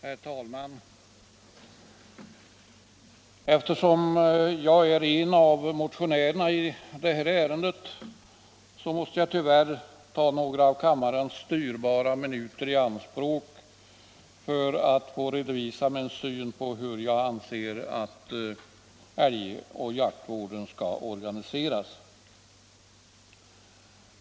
Herr talman! Eftersom jag är en av motionärerna i detta ärende, måste jag tyvärr ta några av kammarens dyrbara minuter i anspråk för att redovisa min syn på hur älgoch jaktvården skall organiseras.